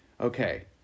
Okay